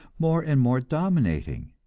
more and more dominating.